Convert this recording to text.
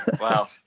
Wow